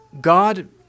God